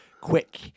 quick